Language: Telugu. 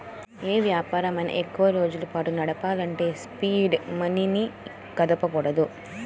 యే వ్యాపారమైనా ఎక్కువరోజుల పాటు నడపాలంటే సీడ్ మనీని కదపకూడదు